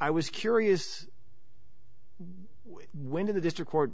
i was curious when did the district